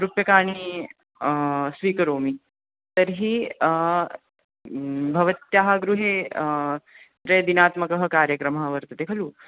रूप्यकाणि स्वीकरोमि तर्हि भवत्याः गृहे द्वे दिनात्मकः कार्यक्रमः वर्तते खलु